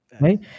Right